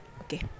okay